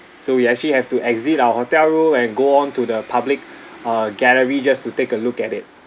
so we actually have to exit our hotel room and go on to the public uh gallery just to take a look at it